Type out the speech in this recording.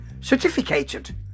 certificated